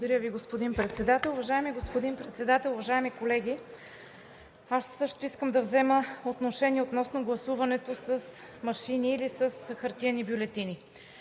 Уважаеми господин Председател, уважаеми колеги! Аз също искам да взема отношение относно гласуването с машини или с хартиени бюлетини.